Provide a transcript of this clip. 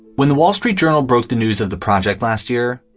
when the wall street journal broke the news of the project last year,